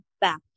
back